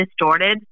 distorted